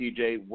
TJ